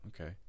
okay